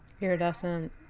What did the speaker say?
iridescent